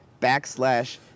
backslash